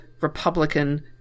Republican